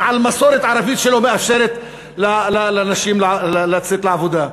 על מסורת ערבית שלא מאפשרת לנשים לצאת לעבודה.